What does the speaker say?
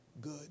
good